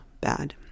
Bad